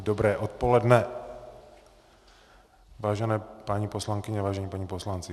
Dobré odpoledne, vážení paní poslankyně, vážení páni poslanci.